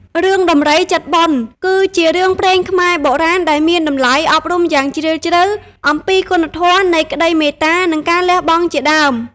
រឿងដំរីចិត្តបុណ្យ គឺជារឿងព្រេងខ្មែរបុរាណ ដែលមានតម្លៃអប់រំយ៉ាងជ្រាលជ្រៅ អំពីគុណធម៌នៃក្ដីមេត្តា និងការលះបង់ជាដើម។